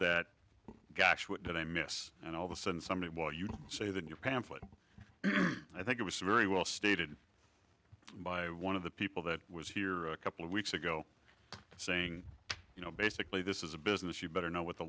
that gosh what did i miss and all the sudden somebody while you say that you're comfortable i think it was very well stated by one of the people that was here a couple of weeks ago saying you know basically this is a business you better know what the